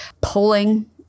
Pulling